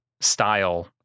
style